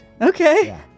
Okay